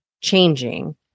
changing